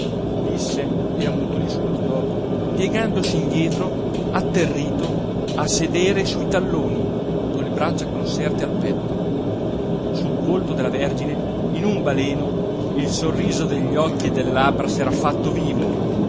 disse e ammutolì subito dopo piegandosi indietro atterrito a sedere sui talloni con le braccia conserte al petto sul volto della vergine in un baleno il sorriso degli occhi e delle labbra s'era fatto vivo